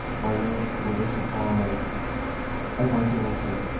my own clarissa harlowe o my daughter,